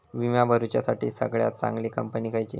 विमा भरुच्यासाठी सगळयात चागंली कंपनी खयची?